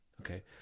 okay